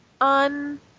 on